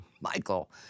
Michael